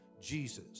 Jesus